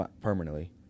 permanently